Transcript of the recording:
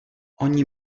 ogni